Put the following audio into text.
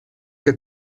que